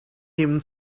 him